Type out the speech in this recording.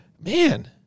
Man